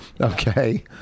Okay